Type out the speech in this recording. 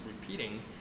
repeating